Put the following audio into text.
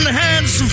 hand's